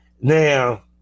Now